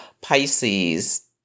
Pisces